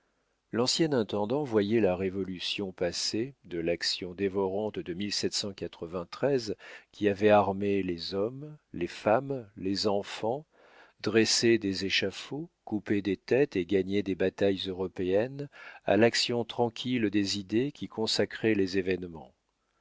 l'ancien intendant voyait la révolution passée de l'action dévorante de qui avait armé les hommes les femmes les enfants dressé des échafauds coupé des têtes et gagné des batailles européennes à l'action tranquille des idées qui consacraient les événements